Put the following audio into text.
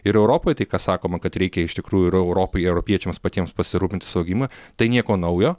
ir europoj tai kas sakoma kad reikia iš tikrųjų ir europoj europiečiams patiems pasirūpinti savo gynyba tai nieko naujo